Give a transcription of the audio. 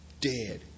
dead